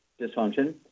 dysfunction